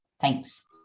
Thanks